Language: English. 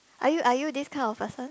are you are you this kind of person